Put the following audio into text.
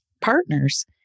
partners